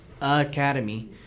Academy